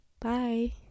bye